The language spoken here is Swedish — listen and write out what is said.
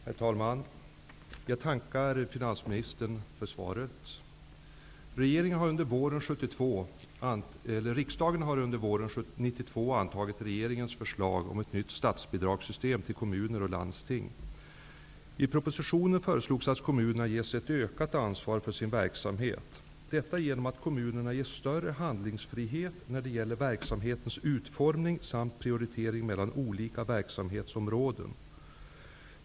Herr talman! Jag tackar finansministern för svaret. Riksdagen har under våren 1992 antagit regeringens förslag om ett nytt statsbidragssystem för kommuner och landsting. I propositionen föreslogs att kommunerna ges ett ökat ansvar för sin verksamhet, detta genom att kommunerna ges större handlingsfrihet när det gäller verksamhetens utformning samt prioritering mellan olika verksamhetsområden.